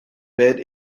bed